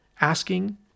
asking